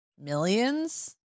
millions